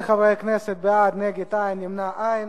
11 חברי כנסת בעד, נגד, אין, נמנע, אין.